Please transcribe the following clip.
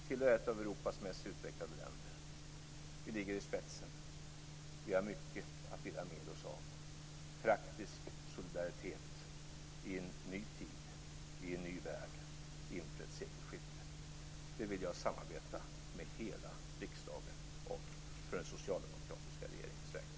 Sverige är ett av Europas mest utvecklade länder. Vi ligger i spetsen. Vi har mycket att dela med oss av i praktisk solidaritet i en ny tid, i en ny värld, inför ett sekelskifte. Det vill jag samarbeta med hela riksdagen om för den socialdemokratiska regeringens räkning.